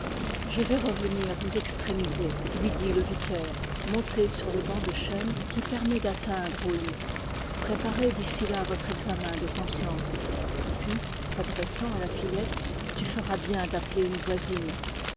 je vais revenir vous extrêmiser lui dit le vicaire monté sur le banc de chêne qui permet d'atteindre au lit préparez d'ici là votre examen de conscience puis s'adressant à la miette tu feras bien d'appeler une voisine